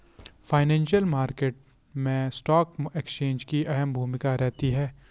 financial market मैं stock exchange की अहम भूमिका रहती है